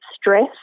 stress